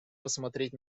посмотреть